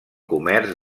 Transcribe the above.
comerç